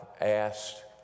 asked